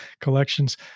collections